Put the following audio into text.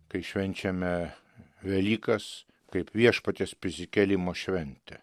kai švenčiame velykas kaip viešpaties prisikėlimo šventę